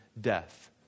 Death